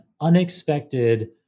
unexpected